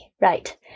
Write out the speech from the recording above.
right